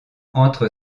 entre